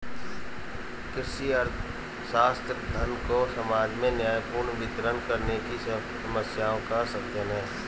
कृषि अर्थशास्त्र, धन को समाज में न्यायपूर्ण वितरण करने की समस्याओं का अध्ययन है